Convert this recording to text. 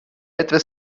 etwas